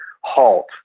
halt